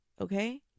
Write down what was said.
Okay